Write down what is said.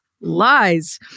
lies